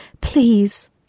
Please